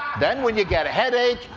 then, when you get a headache,